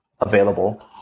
available